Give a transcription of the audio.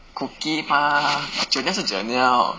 cookie mah gernelle 是 gernelle